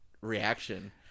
reaction